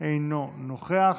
אינו נוכח.